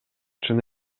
чын